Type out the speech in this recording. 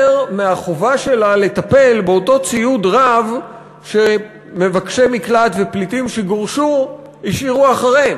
מהחובה שלה לטפל באותו ציוד רב שמבקשי מקלט ופליטים שגורשו השאירו אחריהם.